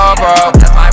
bro